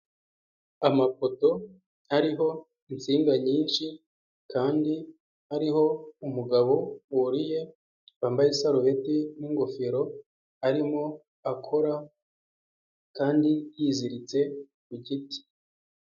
Amapoto ariho insinga nyinshi kandi ariho umugabo wuriye wambaye isarubeti n'ingofero arimo akora kandi yiziritse ku giti.